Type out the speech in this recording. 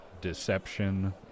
deception